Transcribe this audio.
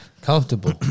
comfortable